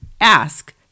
Ask